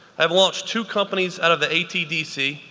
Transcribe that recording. i've launched two companies out of the atdc,